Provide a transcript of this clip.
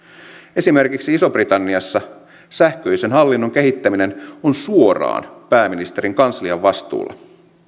esimerkiksi isossa britanniassa sähköisen hallinnon kehittäminen on suoraan pääministerin kanslian vastuulla